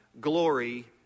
glory